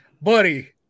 buddy